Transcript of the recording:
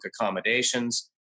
accommodations